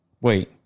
Wait